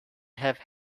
have